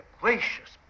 gracious